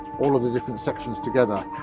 all of the different sections together,